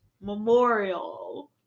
memorial